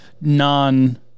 non